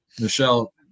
Michelle